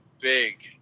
big